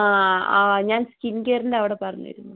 അ അ ഞാൻ അവിടെ സ്കിൻ കെയറിൻ്റെ അവിടെ പറഞ്ഞിരുന്നു